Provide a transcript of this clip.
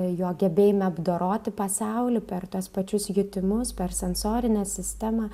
jo gebėjime apdoroti pasaulį per tuos pačius jutimus per sensorinę sistemą